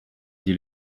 dit